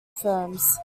firms